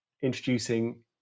introducing